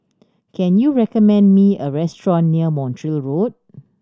can you recommend me a restaurant near Montreal Road